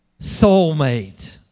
Soulmate